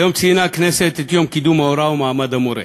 היום ציינה הכנסת את יום קידום ההוראה ומעמד המורה,